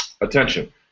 attention